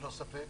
ללא ספק.